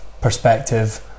perspective